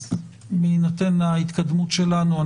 בהינתן ההתקדמות שלנו,